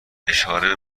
اشاره